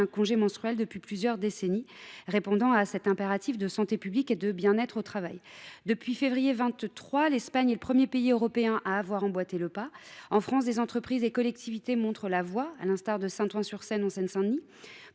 d’un congé menstruel depuis plusieurs décennies, répondant ainsi à cet impératif de santé publique et de bien être au travail. Depuis février 2023, l’Espagne est le premier pays européen à leur avoir emboîté le pas. En France, des entreprises et des collectivités montrent la voie, à l’instar de Saint Ouen sur Seine, en Seine Saint Denis,